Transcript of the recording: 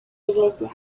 iglesia